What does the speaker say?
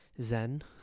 zen